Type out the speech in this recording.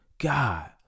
God